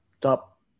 top